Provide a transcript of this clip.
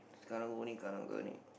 karung-guni karang-guni